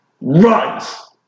Runs